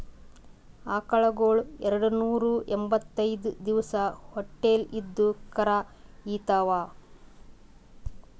ಆಕಳಗೊಳ್ ಎರಡನೂರಾ ಎಂಭತ್ತೈದ್ ದಿವಸ್ ಹೊಟ್ಟಲ್ ಇದ್ದು ಕರಾ ಈತಾವ್